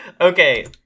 Okay